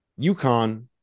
UConn